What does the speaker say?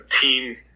team